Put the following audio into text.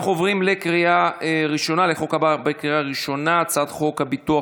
אנחנו עוברים לחוק הבא בקריאה ראשונה: הצעת חוק הביטוח